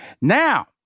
Now